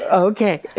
okay.